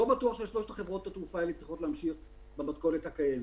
לא בטוח ששלוש חברות התעופה האלה צריכות להמשיך במתכוננת הקיימת.